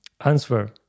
answer